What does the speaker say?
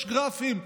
יש גרפים,